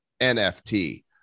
NFT